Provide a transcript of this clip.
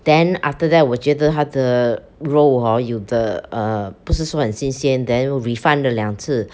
then after that 我觉得他的肉 hor 有的 uh 不是说很新鲜 then refund 了两次